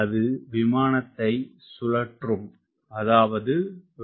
அது விமானத்தை சுழற்றும் மற்றும் ஏற்றும்